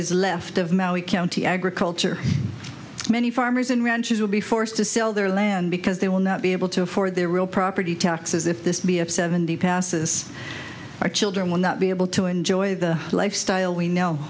is left of maui county agriculture many farmers and ranchers will be forced to sell their land because they will not be able to afford their real property taxes if this be a seventy passes our children will not be able to enjoy the lifestyle we know